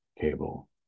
cable